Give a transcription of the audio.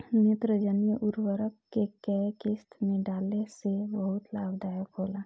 नेत्रजनीय उर्वरक के केय किस्त में डाले से बहुत लाभदायक होला?